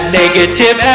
negative